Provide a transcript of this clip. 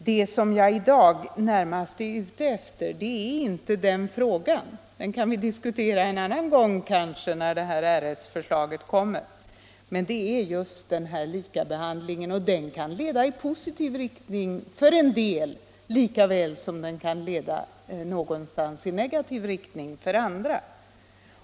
Det som jag i dag närmast är ute efter är inte den frågan — den kan vi diskutera en annan gång kanske, när RS-förslaget kommer — utan just en likabehandling. Den kan leda i positiv riktning för en del lika väl som den kan leda i negativ riktning för andra.